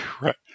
Right